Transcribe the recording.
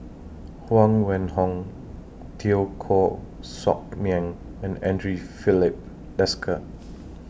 Huang Wenhong Teo Koh Sock Miang and Andre Filipe Desker